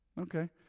Okay